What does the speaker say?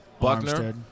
Buckner